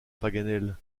paganel